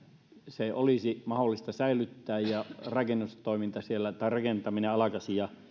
se olisi mahdollista säilyttää ja siellä rakentaminen alkaisi